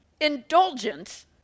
Indulgence